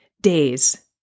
days